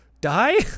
Die